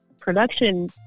production